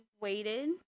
waited